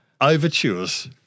overtures